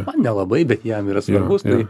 man nelabai bet jam yra svarbus tai